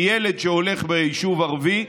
כי ילד שהולך ביישוב ערבי,